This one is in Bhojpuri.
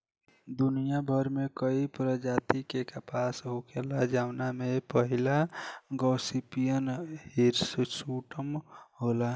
दुनियाभर में कई प्रजाति के कपास होखेला जवना में पहिला गॉसिपियम हिर्सुटम होला